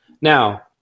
Now